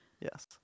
yes